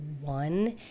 one